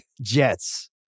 Jets